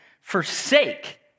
forsake